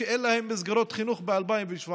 שאין להם מסגרות חינוך ב-2017.